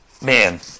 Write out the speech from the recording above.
Man